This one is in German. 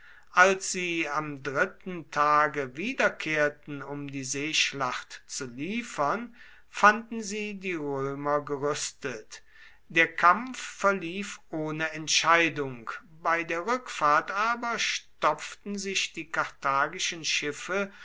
als sie am dritten tage wiederkehrten um die seeschlacht zu liefern fanden sie die römer gerüstet der kampf verlief ohne entscheidung bei der rückfahrt aber stopften sich die karthagischen schiffe